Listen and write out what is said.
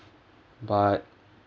but